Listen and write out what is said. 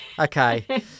Okay